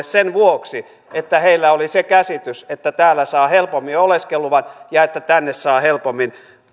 sen vuoksi että heillä oli se käsitys että täällä saa helpommin oleskeluluvan ja että tänne saa helpommin